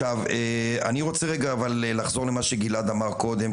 אבל אני רוצה לחזור למה שגילעד אמר קודם,